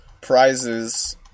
prizes